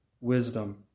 wisdom